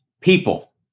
people